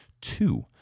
two